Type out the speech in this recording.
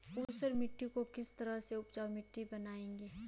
ऊसर मिट्टी को किस तरह उपजाऊ मिट्टी बनाएंगे?